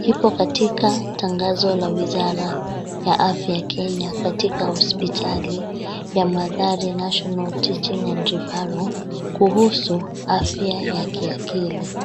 ipo katika tangazo la wizara ya afya ya Kenya katika hospitali ya cs[Mathare National Teaching and Referal]cs kuhusu afya ya kiakili.